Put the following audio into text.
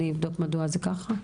אבני אבדוק למה זה ככה.